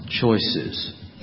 choices